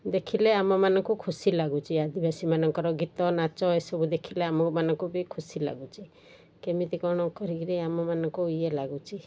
ଦେଖିଲେ ଆମମାନଙ୍କୁ ଖୁସି ଲାଗୁଛି ଆଦିବାସୀମାନଙ୍କର ଗୀତ ନାଚ ଏସବୁ ଦେଖିଲେ ଆମମାନଙ୍କୁ ବି ଖୁସି ଲାଗୁଛି କେମିତି କ'ଣ କରିକିରି ଆମମାନଙ୍କୁ ଇଏ ଲାଗୁଛି